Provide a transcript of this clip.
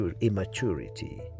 immaturity